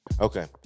Okay